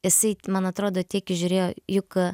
jisai man atrodo tiek įžiūrėjo juk